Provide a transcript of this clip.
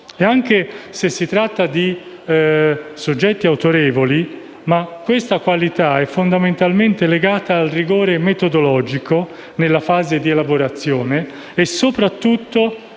E anche se si tratta di soggetti autorevoli, questa qualità è fondamentalmente legata al rigore metodologico nella fase di elaborazione e, soprattutto,